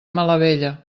malavella